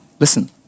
Listen